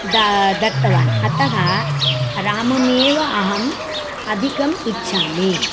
the दत्तवान् अतः राममेव अहम् अधिकम् इच्छामि